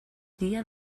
dia